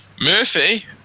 Murphy